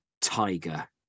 Tiger